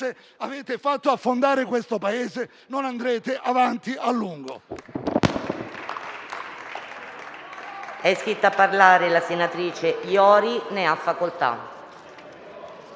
Avete fatto affondare questo Paese. Non andrete avanti a lungo